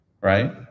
right